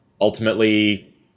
ultimately